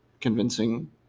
convincing